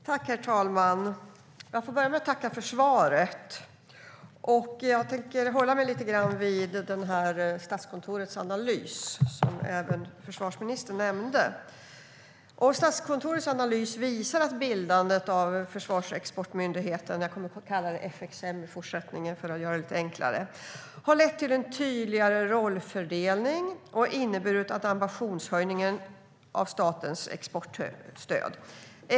Herr talman! Jag tackar försvarsministern för svaret. Jag tänker uppehålla mig vid Statskontorets analys, som försvarsministern nämnde. Den visar att bildandet av Försvarsexportmyndigheten - jag kommer att kalla den FXM i fortsättningen för att göra det enklare - har lett till en tydligare rollfördelning och inneburit en ambitionshöjning av statens exportstöd.